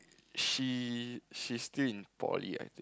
she she's still in poly I think